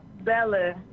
Bella